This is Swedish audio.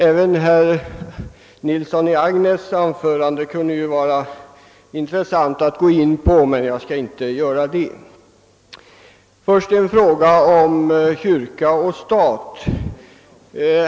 även herr Nilssons i Agnäs anförande kunde det vara intressant att gå in på, men det skall jag inte göra. Jag tar först upp frågan om förhållandet kyrka—stat.